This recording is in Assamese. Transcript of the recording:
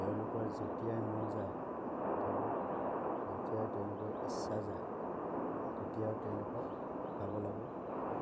তেওঁলোকৰ যেতিয়াই মন যায় অথবা যেতিয়াই তেওঁলোকৰ ইচ্ছা যায় তেতিয়াই তেওঁলোকক শিকাব লাগে